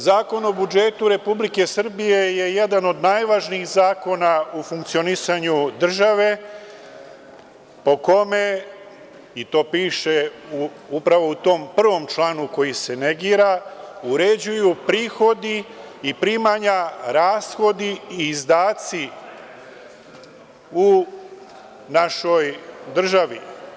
Zakon o budžetu Republike Srbije je jedan od najvažnijih zakona u funkcionisanju države, po kome, i to piše upravo u tom prvom članu koji se negira, uređuju prihodi i primanja, rashodi i izdaci u našoj državi.